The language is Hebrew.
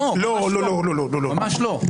ממש לא.